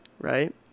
right